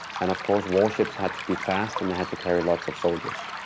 and of course, warships had to be fast and they had to carry lots of soldiers,